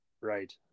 Right